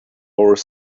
more